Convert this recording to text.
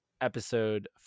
episode